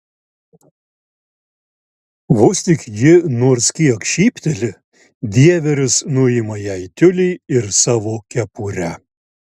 vos tik ji nors kiek šypteli dieveris nuima jai tiulį ir savo kepurę